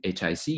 HIC